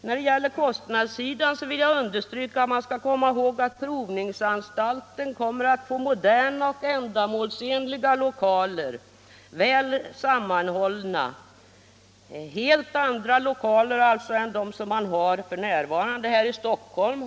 När det gäller kostnadssidan vill jag understryka att provningsanstalten kommer att få moderna och ändamålsenliga lokaler, väl sammanhållna, alltså helt andra lokaler än de som provningsanstalten har f. n. i Stockholm.